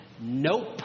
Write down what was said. Nope